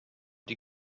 die